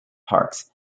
parks